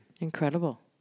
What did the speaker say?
Incredible